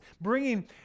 bringing